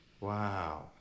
Wow